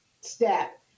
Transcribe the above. step